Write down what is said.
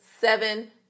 seven